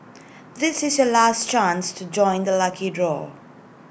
this is your last chance to join the lucky draw